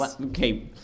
okay